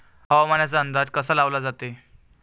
हवामानाचा अंदाज कसा लावला जाते?